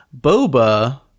Boba